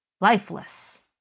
lifeless